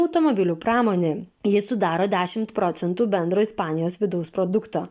automobilių pramonė jį sudaro dešimt procentų bendro ispanijos vidaus produkto